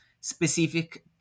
specific